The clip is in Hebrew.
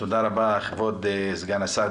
תודה רבה, כבוד סגן השר.